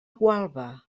gualba